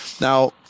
Now